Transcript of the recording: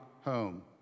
home